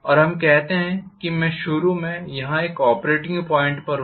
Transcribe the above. और हम कहते हैं कि मैं शुरू में यहां एक ऑपरेटिंग पॉइंट पर हूं